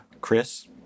Chris